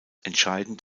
entscheidend